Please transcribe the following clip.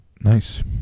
Nice